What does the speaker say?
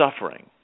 suffering